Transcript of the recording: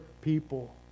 people